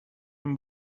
این